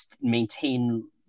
maintain